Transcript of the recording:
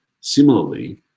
Similarly